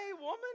woman